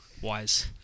Wise